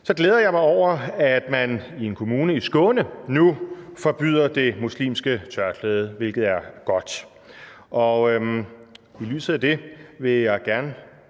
så glæder jeg mig over, at man i en kommune i Skåne nu forbyder det muslimske tørklæde, hvilket er godt, og derfor vil jeg gerne